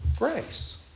grace